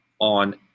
on